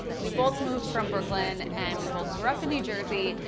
we both moved from brooklyn, and we both grew up in new jersey,